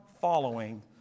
following